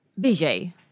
BJ